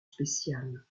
spéciales